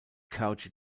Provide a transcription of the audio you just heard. cauchy